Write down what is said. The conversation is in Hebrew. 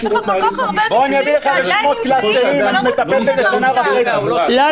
--- ככל שאדם לא נכלל -- -יש לו,